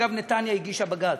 אגב, נתניה הגישה בג"ץ,